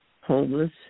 homeless